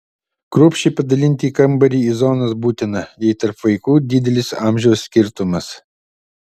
kruopščiai padalinti kambarį į zonas būtina jei tarp vaikų didelis amžiaus skirtumas